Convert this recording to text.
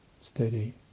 steady